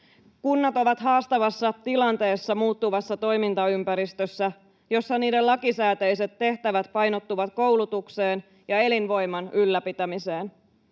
Kunnat ovat haastavassa tilanteessa muuttuvassa toimintaympäristössä, jossa niiden lakisääteiset tehtävät painottuvat koulutukseen ja elinvoiman ylläpitämiseen.